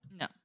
No